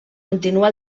continua